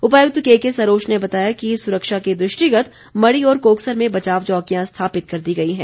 उपायुक्त केके सरोच ने बताया है कि सुरक्षा के दृष्टिगत मढ़ी और कोकसर में बचाव चौकियां स्थापित कर दी गई हैं